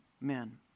men